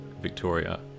Victoria